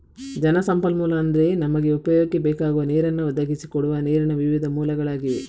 ಜಲ ಸಂಪನ್ಮೂಲ ಅಂದ್ರೆ ನಮಗೆ ಉಪಯೋಗಕ್ಕೆ ಬೇಕಾಗುವ ನೀರನ್ನ ಒದಗಿಸಿ ಕೊಡುವ ನೀರಿನ ವಿವಿಧ ಮೂಲಗಳಾಗಿವೆ